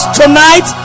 tonight